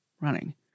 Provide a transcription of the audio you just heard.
running